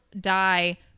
die